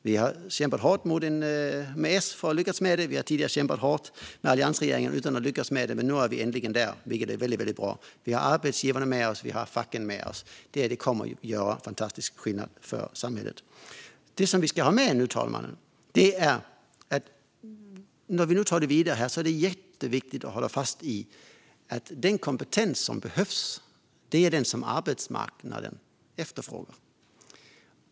Vi har kämpat hårt med S för att lyckas med det. Vi har tidigare kämpat hårt med alliansregeringen utan att lyckas med det. Men nu är vi äntligen där, vilket är väldigt bra. Vi har arbetsgivarna med oss. Vi har facken med oss. Detta kommer att göra fantastisk skillnad för samhället. Fru talman! När vi nu tar detta vidare är det jätteviktigt att hålla fast vid att den kompetens som behövs är den som arbetsmarknaden efterfrågar.